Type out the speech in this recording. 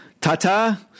Ta-ta